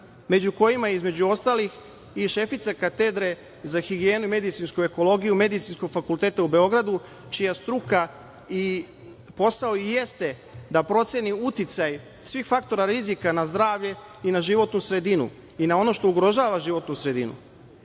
među kojima između ostalih i šefica katedre za higijenu i medicinsku ekologiju Medicinskog fakulteta u Beogradu, čija struka i posao i jeste da proceni uticaj svih faktora rizika na zdravlje i na životnu sredinu i na ono što ugrožava životnu sredinu.